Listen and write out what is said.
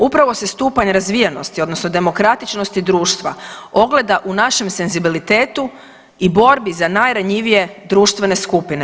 Upravo se stupanj razvijenosti odnosno demokratičnosti društva ogleda u našem senzibilitetu i borbi za najranjivije društvene skupine.